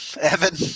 Evan